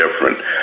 different